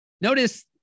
notice